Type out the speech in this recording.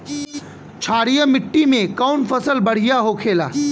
क्षारीय मिट्टी में कौन फसल बढ़ियां हो खेला?